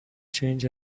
change